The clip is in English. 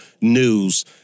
news